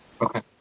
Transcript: Okay